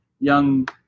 Young